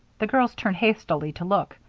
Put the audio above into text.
the girls turned hastily to look,